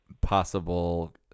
possible